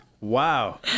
Wow